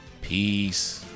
Peace